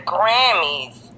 Grammys